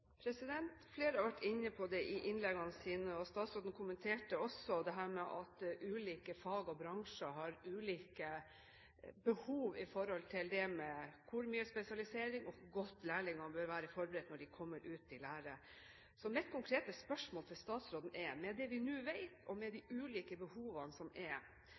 Flere har vært inne på det i innleggene sine, og statsråden kommenterte også dette med at ulike fag og bransjer har ulike behov når det gjelder hvor mye spesialisering det skal være, og hvor godt lærlingene bør være forberedt når de kommer ut i lære. Så mitt konkrete spørsmål til statsråden er: Med det vi nå vet, og med de ulike behovene som er,